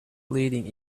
leading